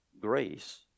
grace